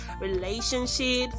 relationships